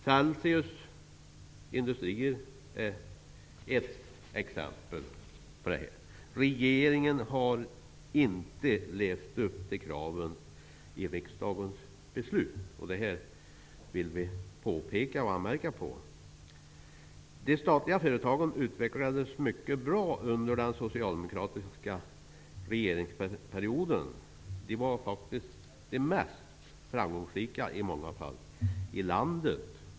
Celsius Industrier är ett exempel på detta. Regeringen har inte levt upp till kraven i riksdagens beslut. Det vill vi påtala och anmärka på. De statliga företagen utvecklades mycket bra under den socialdemokratiska regeringsperioden. I många fall var dessa företag faktiskt de mest framgångsrika i landet.